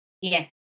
Yes